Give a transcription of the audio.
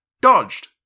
dodged